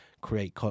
create